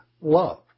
love